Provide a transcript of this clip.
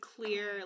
clear